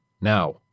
Now